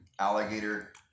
alligator